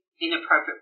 inappropriate